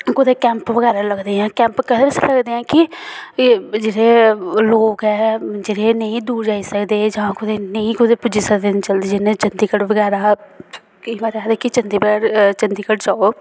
कुते कैंप वगैरा लगदे ऐ कैंप कैह्दे वास्तै लगदे ऐ कि जित्थै लोक ऐ जेह्ड़े नेईं दूर जाई सकदे जां कुते नेई कुतै पुज्जी सकदे जल्दी न जल्दी जिन्ने चंडीगढ़ बगैरा केईं बार आखदे कि चंडीगढ़ चंडीगढ़ जाओ